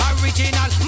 original